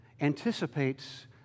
anticipates